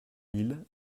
mille